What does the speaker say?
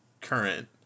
current